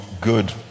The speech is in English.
good